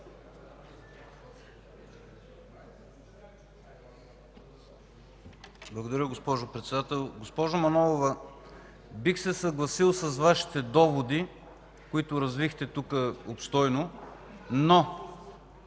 Благодаря, госпожо Председател. Госпожо Манолова, бих се съгласил с Вашите доводи, които развихте обстойно,